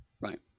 right